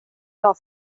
jag